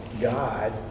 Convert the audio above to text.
God